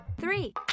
three